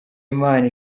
imana